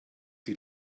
die